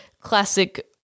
classic